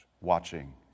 watching